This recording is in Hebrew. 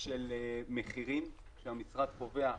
של מחירים שהמשרד קובע,